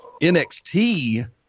NXT